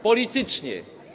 Polityczne.